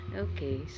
okay